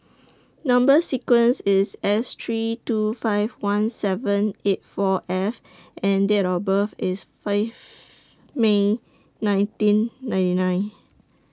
Number sequence IS S three two five one seven eight four F and Date of birth IS five May nineteen ninety nine